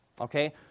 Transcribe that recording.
okay